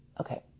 okay